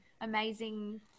amazing